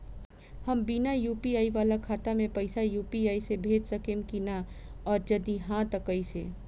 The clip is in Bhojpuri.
हम बिना यू.पी.आई वाला खाता मे पैसा यू.पी.आई से भेज सकेम की ना और जदि हाँ त कईसे?